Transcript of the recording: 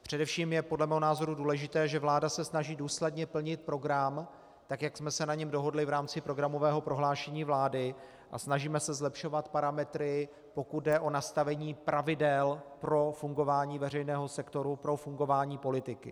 Především je podle mého názoru důležité, že vláda se snaží důsledně plnit program tak, jak jsme se na něm dohodli v rámci programového prohlášení vlády, a snažíme se zlepšovat parametry, pokud jde o nastavení pravidel pro fungování veřejného sektoru, pro fungování politiky.